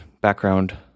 background